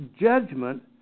judgment